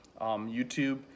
YouTube